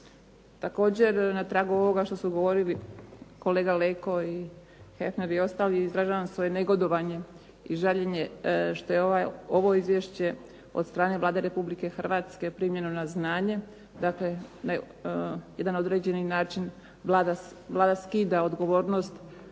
Također na tragu ovoga što su govorili kolega Leko i Heffer i ostali izražavam svoje negodovanje i žaljenje što je ovo izvješće od strane Vlade Republike Hrvatske primljeno na znanje. Dakle, na jedan određeni način Vlada skida odgovornost sa svih